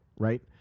Right